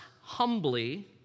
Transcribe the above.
humbly